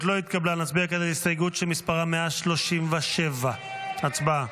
נצביע כעת על הסתייגות שמספרה 137. הצבעה.